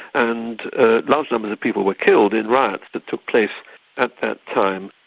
and large numbers of people were killed in riots that took place at that time.